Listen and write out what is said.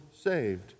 saved